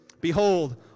Behold